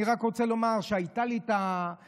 אני רק רוצה לומר שהייתה לי הזכות,